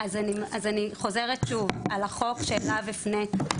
אז אני חוזרת שוב על החוק שאליו הפניתי.